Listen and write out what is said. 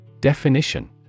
Definition